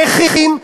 נכים,